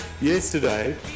Yesterday